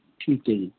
ਠੀਕ ਐ ਜੀ